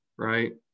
Right